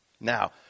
Now